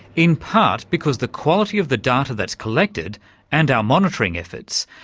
in part because the quality of the data that's collected and our monitoring efforts,